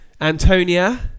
Antonia